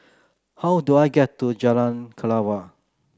how do I get to Jalan Kelawar